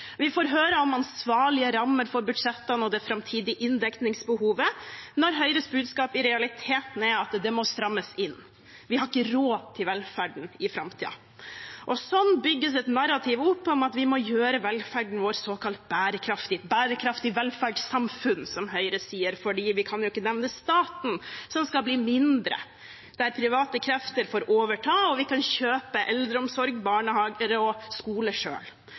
Vi får høre om ansvarlige rammer for budsjettene og det framtidige inndekningsbehovet, når Høyres budskap i realiteten er at det må strammes inn, og vi har ikke råd til velferden i framtiden. Sånn bygges det opp et narrativ om at vi må gjøre velferden vår såkalt bærekraftig, et bærekraftig velferdssamfunn, som Høyre sier, for vi kan jo ikke nevne staten, som skal bli mindre, der private krefter får overta og vi kan kjøpe eldreomsorg, barnehager og skole